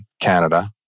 Canada